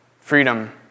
freedom